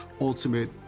Ultimate